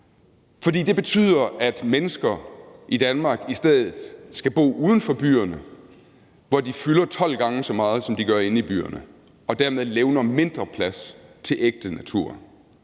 For det betyder, at mennesker i Danmark i stedet skal bo uden for byerne, hvor de fylder 12 gange så meget, som de gør inde i byerne, og dermed levner mindre plads til ægte natur.